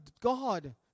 God